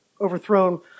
overthrown